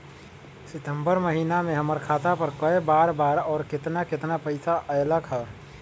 सितम्बर महीना में हमर खाता पर कय बार बार और केतना केतना पैसा अयलक ह?